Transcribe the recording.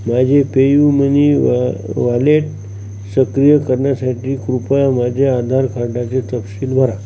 माझे pay U money वा wallet सक्रिय करण्यासाठी कृपया माझे आधार कार्डाचे तपशील भरा